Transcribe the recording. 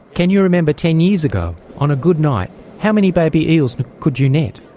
can you remember ten years ago, on a good night how many baby eels could you net?